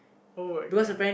oh-my-god